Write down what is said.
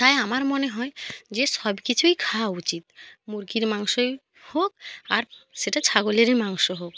তাই আমার মনে হয় যে সব কিছুই খাওয়া উচিত মুরগির মাংসই হোক আর সেটা ছাগলেরই মাংস হোক